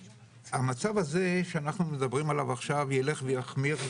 המצב הזה שאנחנו מדברים עליו עכשיו ילך ויחמיר,